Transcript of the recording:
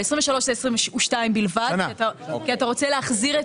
ב-2023 זה 2022 בלבד כי אתה רוצה להחזיר את